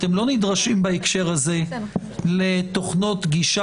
אתם לא נדרשים בהקשר הזה לתוכנות גישה